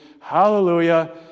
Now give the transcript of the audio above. hallelujah